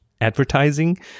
advertising